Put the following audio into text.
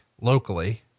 locally